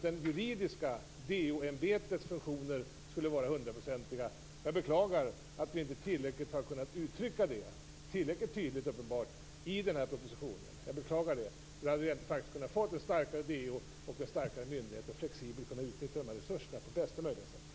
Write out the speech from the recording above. Det juridiska DO ämbetets funktioner skall däremot vara hundraprocentiga. Jag beklagar att vi uppenbarligen inte har kunnat uttrycka detta tillräckligt tydligt i propositionen. Då hade vi faktiskt kunnat få ett starkare DO och en starkare myndighet. Då hade vi flexibelt kunnat utnyttja de här resurserna på bästa möjliga sätt.